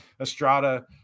Estrada